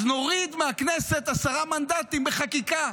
אז נוריד מהכנסת עשרה מנדטים בחקיקה.